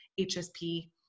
HSP